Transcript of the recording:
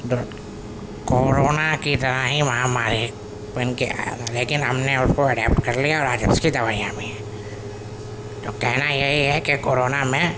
تو کورونا کی طرح ہی مہاماری بن کے آیا تھا لکین ہم نے اس کو اڈیپٹ کر لیا آج اس کی دوائیاں بھی ہیں تو کہنا یہی ہے کہ کورونا میں